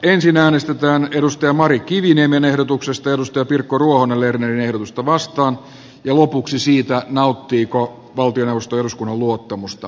ensin äänestetään mari kiviniemen ehdotuksesta pirkko ruohonen lernerin ehdotusta vastaan ja lopuksi siitä nauttiiko valtioneuvosto eduskunnan luottamusta